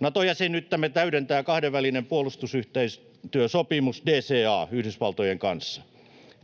Nato-jäsenyyttämme täydentää kahdenvälinen puolustusyhteistyösopimus DCA Yhdysvaltojen kanssa.